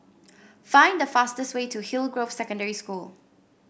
find the fastest way to Hillgrove Secondary School